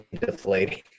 deflating